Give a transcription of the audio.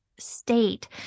state